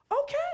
Okay